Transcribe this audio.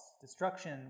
Destruction